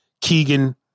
Keegan